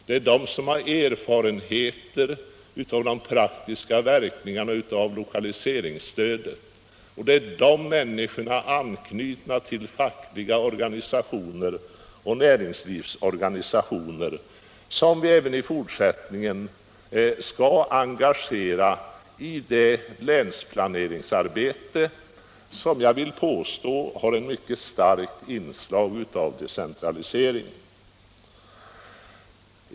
Det är de som har erfarenheter av de praktiska verkningarna av lokaliseringsstödet, och det är de människorna, knutna till fackliga organisationer och näringslivsorganisationer, som vi även i fortsättningen skall engagera i det länsplaneringsarbete som jag vill påstå har ett mycket starkt inslag av decentralisering.